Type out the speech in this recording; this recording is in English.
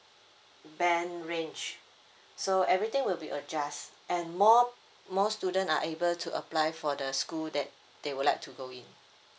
band range so everything will be adjust and more more student are able to apply for the school that they would like to go in